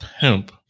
pimp